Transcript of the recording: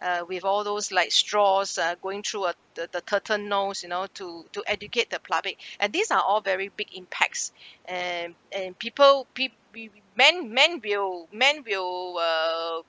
uh with all those like straws uh going through uh the the turtle nose you know to to educate the public and these are all very big impacts and and people pe~ pe~ men men will men will uh